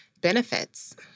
benefits